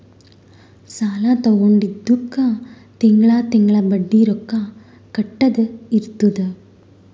ಸಾಲಾ ತೊಂಡಿದ್ದುಕ್ ತಿಂಗಳಾ ತಿಂಗಳಾ ಬಡ್ಡಿ ರೊಕ್ಕಾ ಕಟ್ಟದ್ ಇರ್ತುದ್